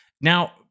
Now